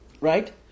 Right